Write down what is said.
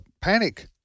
panic